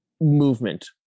movement